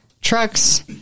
Trucks